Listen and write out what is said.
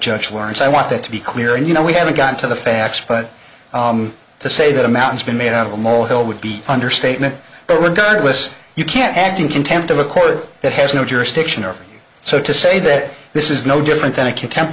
judge lawrence i want that to be clear and you know we haven't got to the facts but to say that amounts been made out of a molehill would be understatement but regardless you can't act in contempt of a chord that has no jurisdiction over so to say that this is no different than a contempt